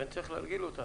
כי אני צריך להרגיל אותם.